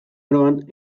aroan